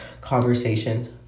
conversations